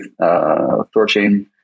Thorchain